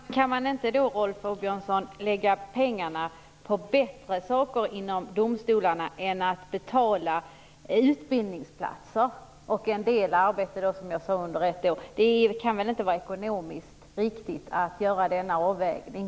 Herr talman! Kan man inte då, Rolf Åbjörnsson, lägga pengarna på bättre saker inom domstolarna än att betala utbildningsplatser och en del arbete under ett år? Det kan väl inte vara ekonomiskt riktigt att göra denna avvägning?